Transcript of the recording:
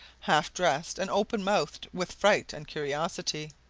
half dressed, and open-mouthed with fright and curiosity.